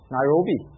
Nairobi